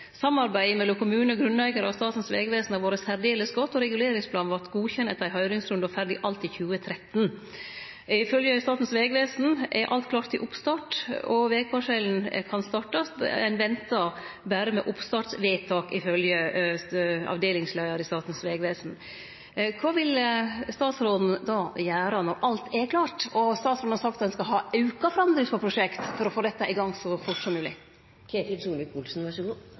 og reguleringsplanen vart godkjend etter ein høyringsrunde og ferdig alt i 2013. Ifølgje Statens vegvesen er alt klart til oppstart, og vegparsellen kan startast. Ein ventar berre med oppstartsvedtak, ifølgje avdelingsleiaren i Statens vegvesen. Kva vil statsråden gjere – når alt er klart? Statsråden har sagt at han skal ha auka framdrift for prosjektet for å få dette i gang så fort som